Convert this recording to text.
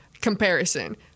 comparison